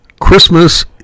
Christmas